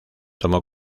tomó